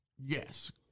Yes